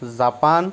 Japan